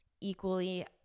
equally